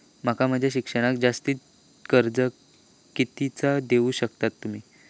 माका माझा शिक्षणाक जास्ती कर्ज कितीचा देऊ शकतास तुम्ही?